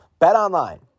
BetOnline